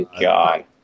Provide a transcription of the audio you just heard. God